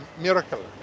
miracle